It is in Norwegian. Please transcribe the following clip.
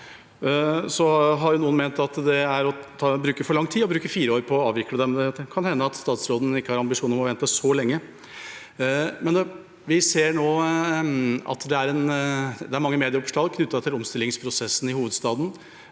noen ment at det er å bruke for lang tid å bruke fire år på å avvikle dem. Det kan hende at statsråden ikke har ambisjoner om å vente så lenge. Vi ser nå at det er mange medieoppslag knyttet til omstillingsprosessen i hovedstaden.